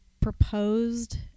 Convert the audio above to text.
proposed